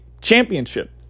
championship